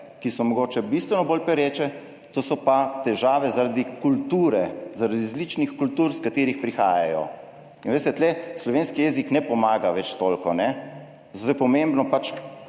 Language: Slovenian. ki so mogoče bistveno bolj pereče, to so pa težave zaradi kulture, zaradi različnih kultur, iz katerih prihajajo. Veste, tu slovenski jezik ne pomaga več toliko, zato je pomembno